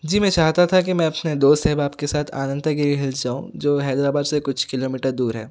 جی میں چاہتا تھا کہ میں اپنے دوست احباب کے ساتھ آننتا کے ہلس جاؤں جو حیدرآباد سے کچھ کلو میٹر دور ہے